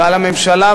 ועל הממשלה,